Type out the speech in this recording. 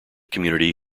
community